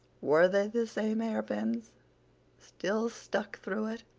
were they the same hairpins still stuck through it.